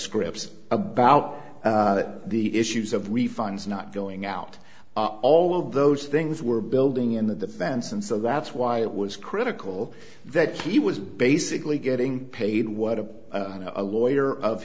scripts about the issues of we funds not going out all of those things were building in the defense and so that's why it was critical that he was basically getting paid what a lawyer of